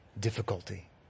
difficulty